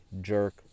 jerk